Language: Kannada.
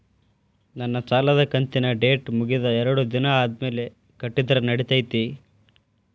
ನನ್ನ ಸಾಲದು ಕಂತಿನ ಡೇಟ್ ಮುಗಿದ ಎರಡು ದಿನ ಆದ್ಮೇಲೆ ಕಟ್ಟಿದರ ನಡಿತೈತಿ?